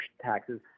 taxes